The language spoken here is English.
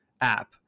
app